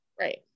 right